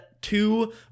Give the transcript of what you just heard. two